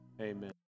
Amen